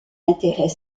intérêt